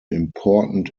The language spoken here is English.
important